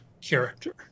character